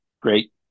great